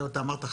אתה אמרת,